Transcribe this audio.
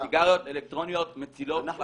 סיגריות אלקטרוניות מצילות חיים, סימן קריאה.